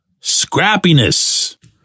scrappiness